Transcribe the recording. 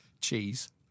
Cheese